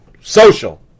social